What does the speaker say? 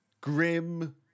grim